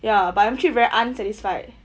ya but I'm actually very unsatisfied